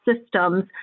systems